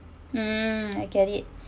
mm I get it